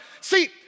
see